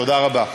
תודה רבה.